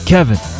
Kevin